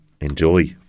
enjoy